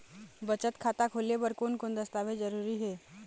बचत खाता खोले बर कोन कोन दस्तावेज जरूरी हे?